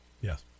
Yes